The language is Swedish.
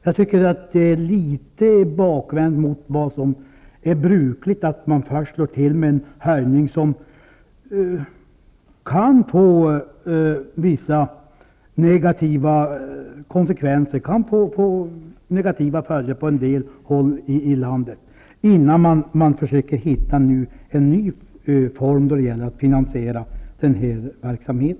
Jag tycker att det är litet bakvänt mot vad som är brukligt, att man först slår till med en höjning som kan få negativa konsekvenser på en del håll i landet, innan man försöker hitta en ny form för att finansiera denna verksamhet.